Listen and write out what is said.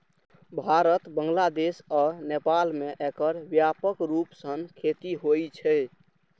भारत, बांग्लादेश आ नेपाल मे एकर व्यापक रूप सं खेती होइ छै